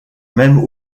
même